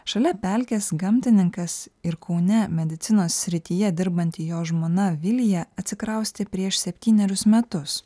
šalia pelkės gamtininkas ir kaune medicinos srityje dirbanti jo žmona vilija atsikraustė prieš septynerius metus